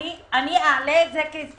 אני אעלה את זה כהסתייגות,